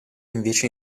invece